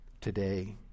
today